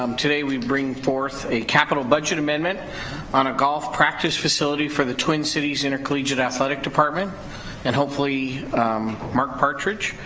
um today we bring forth a capital budget amendment on a golf practice facility for the twin cities intercollegiate athletic department and hopefully marc patridge,